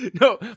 No